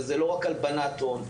וזה לא רק הלבנת הון,